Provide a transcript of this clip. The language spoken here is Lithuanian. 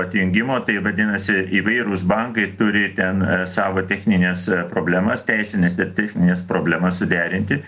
atjungimo tai vadinasi įvairūs bankai turi ten savo technines problemas teisines ir technines problemas suderinti